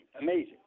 Amazing